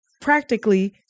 practically